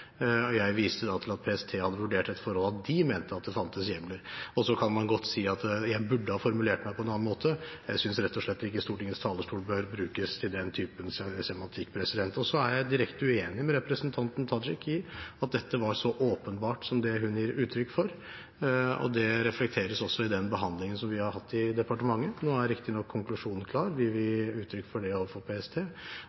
og jeg viste da til at PST hadde vurdert dette forholdet til at de mente at det fantes hjemler. Så kan man godt si at jeg burde ha formulert meg på en annen måte. Jeg synes rett og slett ikke Stortingets talerstol bør brukes til den typen semantikk. Jeg er også direkte uenig med representanten Tajik i at dette var så åpenbart som det hun gir uttrykk for, og det reflekteres også i den behandlingen som vi har hatt i departementet. Nå er riktignok konklusjonen klar. Vi vil gi uttrykk for det overfor PST,